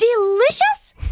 delicious